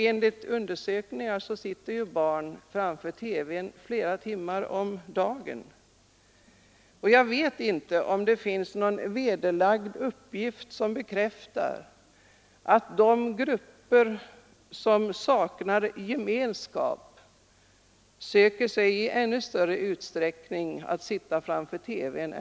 Enligt undersökningar sitter barn framför TV-apparaten flera timmar om dagen. Jag vet inte om det finns någon uppgift som vederlägger att de grupper som saknar gemenskap i ännu större utsträckning än andra människor söker sig till TV.